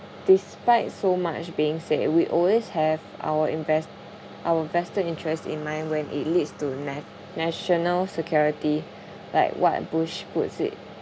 despite so much being said we always have our invest our vested interests in mind when it leads to na~ national security like what bush puts it